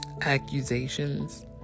accusations